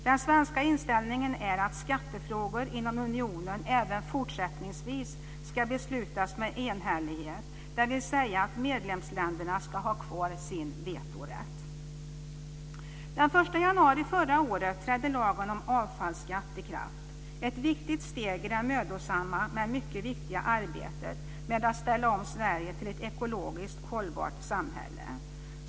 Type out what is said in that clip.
Den svenska inställningen är att skattefrågor inom unionen även fortsättningsvis ska beslutas med enhällighet, dvs. medlemsländerna ska ha kvar sin vetorätt. Den 1 januari förra året trädde lagen om avfallsskatt i kraft. Det var ett viktigt steg i det mödosamma men mycket viktiga arbetet med att ställa om Sverige till ett ekologiskt hållbart samhälle.